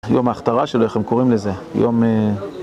יום ההכתרה שלו, איך הם קוראים לזה? יום אה...